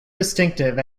distinctive